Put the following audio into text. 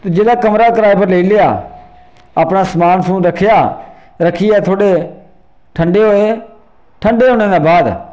जेल्लै कमरा कराए उपर लेई लेआ अपना समान समुन रक्खेआ रक्खियै थोह्ड़े ठन्डे होए ठन्डे होने दे बाद